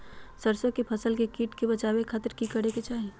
सरसों की फसल के कीट से बचावे खातिर की करे के चाही?